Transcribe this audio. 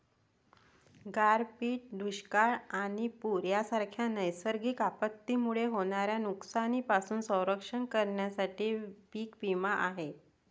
गारपीट, दुष्काळ आणि पूर यांसारख्या नैसर्गिक आपत्तींमुळे होणाऱ्या नुकसानीपासून संरक्षण करण्यासाठी पीक विमा आहे